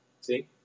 See